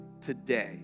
today